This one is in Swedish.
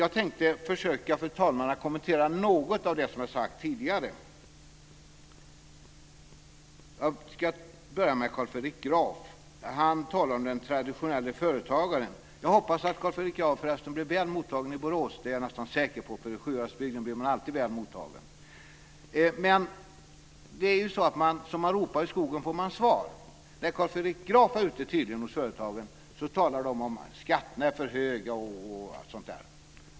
Jag tänkte kommentera något av det som har sagts tidigare. Jag börjar med det som Carl Fredrik Graf sade. Han talade om den traditionella företagaren. Jag hoppas förresten att Carl Fredrik Graf blev väl mottagen i Borås. Det är jag nästan säker på, för i Sjuhäradsbygden blir man alltid väl mottagen. Som man ropar i skogen får man svar. När Carl Fredrik Graf besökte olika företag tyckte man att skatten var för hög.